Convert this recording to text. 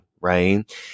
Right